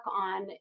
on